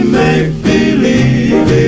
make-believe